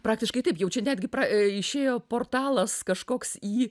praktiškai taip jau čia netgi pra išėjo portalas kažkoks jį